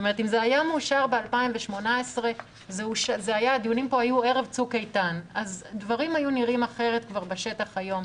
אם זה היה מאושר ב-2018 דברים היו נראים אחרת בשטח כבר היום.